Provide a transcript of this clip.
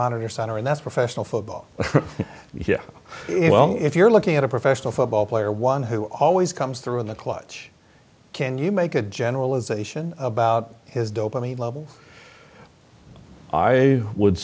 monitor center and that's professional football yeah well if you're looking at a professional football player one who always comes through in the clutch can you make a generalization about his dopamine levels i would